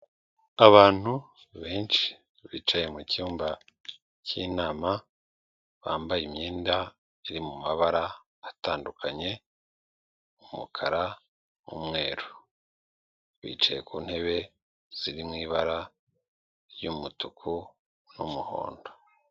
Abantu benshi bicaye mu cyumba cy'inama, bambaye imyenda iri mu mabara atandukanye umukara, umweru. Bicaye ku ntebe ziri mu ibara ry'umutuku n'umuhondo.